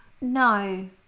no